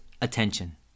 Attention